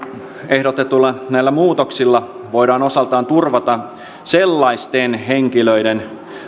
ehdotetuilla muutoksilla voidaan osaltaan turvata sellaisten henkilöiden